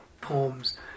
poems